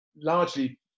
largely